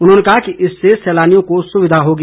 उन्होंने कहा कि इससे सैलानियों को सुविधा होगी